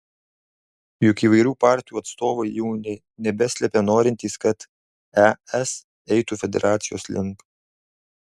juk įvairių partijų atstovai jau nė nebeslepia norintys kad es eitų federacijos link